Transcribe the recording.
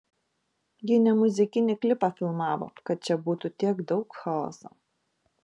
gi ne muzikinį klipą filmavo kad čia būtų tiek daug chaoso